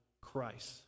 Christ